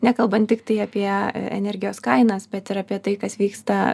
nekalbant tiktai apie energijos kainas bet ir apie tai kas vyksta